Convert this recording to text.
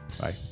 Bye